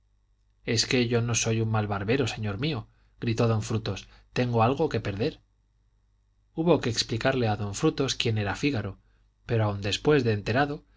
es que yo no soy un mal barbero señor mío gritó don frutos tengo algo que perder hubo que explicarle a don frutos quién era fígaro pero aún después de enterado